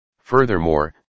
furthermore